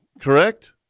correct